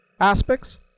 aspects